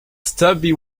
stubby